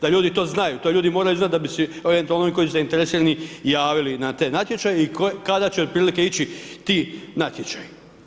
Da ljudi to znaju, to ljudi moraju znat da bi si, eventualno oni koji su zainteresirani javili na te natječaje i kada će otprilike ići ti natječaji.